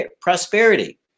prosperity